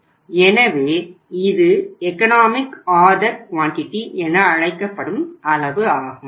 எனவே இது economic order quantity என அழைக்கப்படும் அளவு ஆகும்